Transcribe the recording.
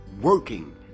Working